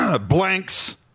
blanks